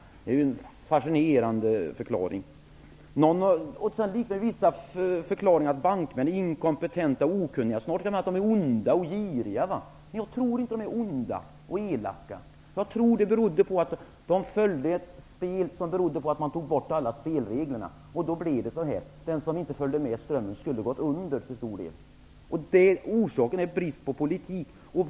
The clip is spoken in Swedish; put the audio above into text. Detta är en fascinerande förklaring. Vissa har förklarat att bankmän är inkompetenta, okunniga, onda och giriga. Jag tror inte att de är onda och elaka. Felet var att spelet var för lätt, därför att alla spelregler togs bort. Då blev det så här. Den som inte följde med strömmen skulle gå under. Orsaken är brist på politik.